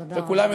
תודה רבה.